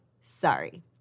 Sorry